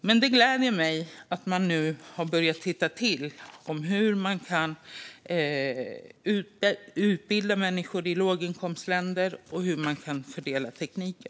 Men det gläder mig att man nu har börjat titta på hur man kan utbilda människor i låginkomstländer och fördela tekniken.